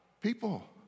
people